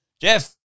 Jeff